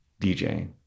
DJing